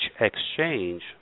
exchange